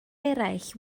eraill